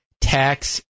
tax